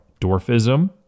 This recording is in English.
dwarfism